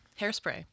Hairspray